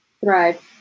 thrive